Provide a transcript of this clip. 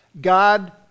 God